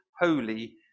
holy